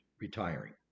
retiring